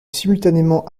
simultanément